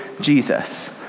Jesus